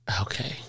okay